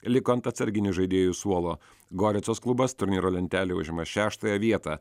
liko ant atsarginių žaidėjų suolo goricos klubas turnyro lentelėj užima šeštąją vietą